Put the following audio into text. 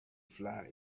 fly